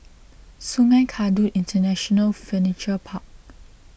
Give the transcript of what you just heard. Sungei Kadut International Furniture Park